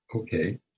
Okay